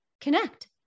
connect